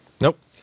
Nope